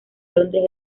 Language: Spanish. londres